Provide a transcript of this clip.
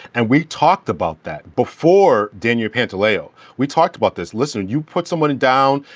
and we talked about that before. daniel pantaleo. we talked about this. listen, you put someone down,